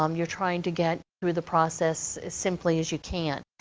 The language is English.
um you're trying to get through the process simply as you can.